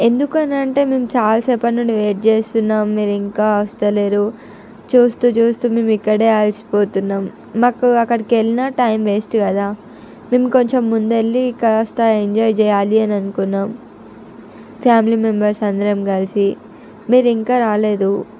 ఎందుకు అనంటే మేము చాలా సేపటి నుండి వెయిట్ చేస్తున్నాం మీరు ఇంకా వస్తలేరు చూస్తు చూస్తు మేము ఇక్కడ అలసిపోతున్నాం మాకు అక్కడికి వెళ్ళిన టైమ్ వేస్ట్ కదా మేము కొంచెం ముందు వెళ్ళి కాస్త ఎంజాయ్ చేయాలి అని అనుకున్నాం ఫ్యామిలీ మెంబెర్స్ అందరం కలిసి మీరు ఇంకా రాలేదు